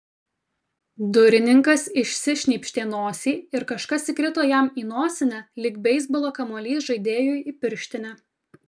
durininkas išsišnypštė nosį ir kažkas įkrito jam į nosinę lyg beisbolo kamuolys žaidėjui į pirštinę